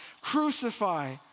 crucify